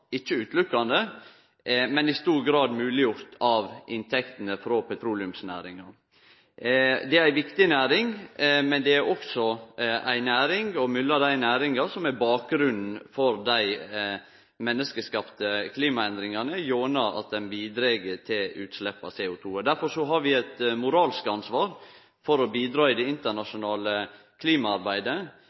ikkje utelukkande, men i stor grad gjort mogleg av inntektene frå petroleumsnæringa. Det er ei viktig næring. Men det er også ei næring – og blant dei næringane – som er bakgrunnen for dei menneskeskapte klimaendringane gjennom å bidra til utslepp av CO2. Derfor har vi eit moralsk ansvar for å bidra i det internasjonale klimaarbeidet